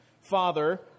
father